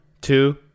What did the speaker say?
two